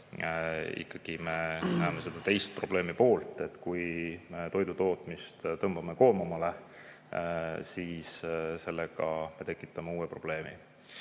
ikkagi me näeme seda teist probleemi poolt, et kui me toidutootmist tõmbame koomale, siis sellega tekitame kusagil